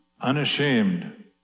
unashamed